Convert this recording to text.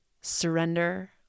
Surrender